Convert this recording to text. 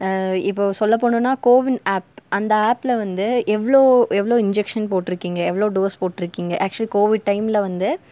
இப்போது சொல்ல போகணுன்னா கோவின் ஆப் அந்த ஆப்பில் வந்து எவ்வளோ எவ்வளோ இன்ஜெக்ஷன் போட்டிருக்கிங்க எவ்வளோ டோஸ் போட்டிருக்கிங்க ஆக்ஷுலி கோவிட் டைமில் வந்து